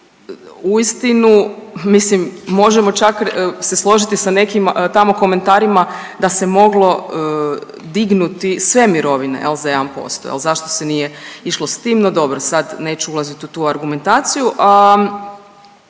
o tome, uistinu možemo se čak složiti sa nekim tamo komentarima da se moglo dignuti sve mirovine za 1%, jel zašto se nije išlo s tim, no dobro sad neću ulazit u tu argumentaciju.